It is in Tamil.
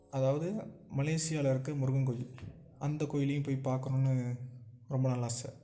அதாவது மலேசியாவுல இருக்க முருகன் கோயில் அந்த கோயிலையும் போய் பார்க்கணுன்னு ரொம்ப நாள் ஆசை